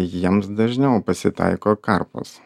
jiems dažniau pasitaiko karpos